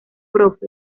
prof